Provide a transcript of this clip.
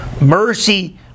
Mercy